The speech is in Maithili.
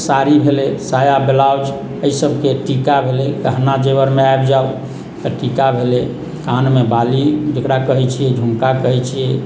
साड़ी भेलै साया ब्लाउज एहि सबकेँ टीका भेलै गहना जेवरमे आबि जाउ तऽ टीका भेलै कानमे बाली जेकरा कहैत छियै झुमका कहैत छियै